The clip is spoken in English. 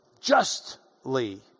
justly